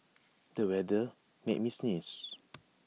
the weather made me sneeze